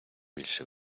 більше